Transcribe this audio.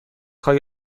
های